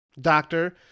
doctor